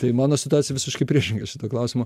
tai mano situacija visiškai priešinga šituo klausimu